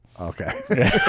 Okay